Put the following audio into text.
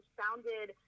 founded